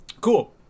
Cool